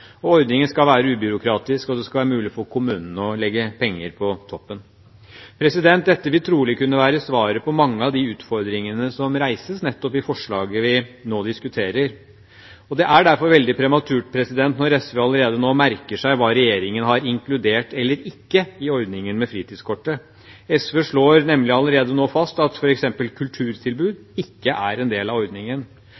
Island. Ordningen skal være ubyråkratisk, og det skal være mulig for kommunene å legge penger på toppen. Dette vil trolig kunne være svaret på mange av de utfordringene som reises nettopp i forslaget vi nå diskuterer. Det er derfor veldig prematurt når SV allerede nå merker seg hva regjeringen har inkludert eller ikke i ordningen med fritidskortet. SV slår nemlig allerede nå fast at f.eks. kulturtilbud